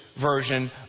version